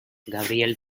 gabriel